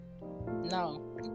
No